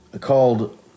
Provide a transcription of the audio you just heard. called